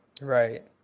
right